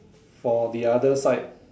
for the other side